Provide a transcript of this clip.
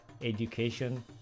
education